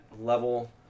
level